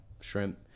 shrimp